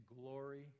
glory